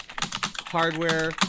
hardware